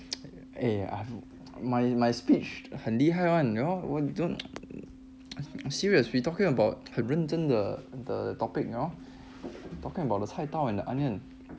eh my my speech 很厉害 [one] you know serious we talking about 很认真的 the topic you know talking about 的菜刀 and the onion